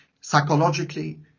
psychologically